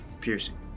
piercing